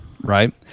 right